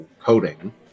coding